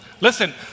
Listen